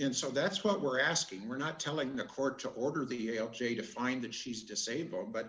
and so that's what we're asking we're not telling the court to order the a l j to find that she's disabled but